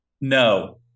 No